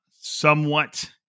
somewhat